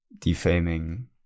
defaming